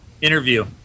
interview